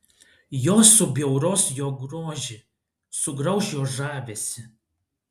jos subjauros jo grožį sugrauš jo žavesį